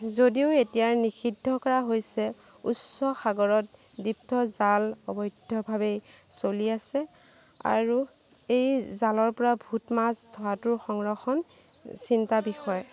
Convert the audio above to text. যদিও এতিয়াৰ নিষিদ্ধ কৰা হৈছে উচ্চ সাগৰত জাল অবৈধভাৱেই চলি আছে আৰু এই জালৰ পৰা ভুটমাছ ধৰাটো সংৰক্ষণ চিন্তাৰ বিষয়